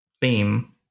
theme